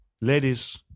ladies